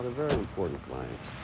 important clients.